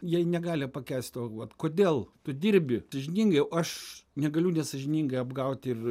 jie negali pakęst o vat kodėl tu dirbi sąžiningai aš negaliu nesąžiningai apgauti ir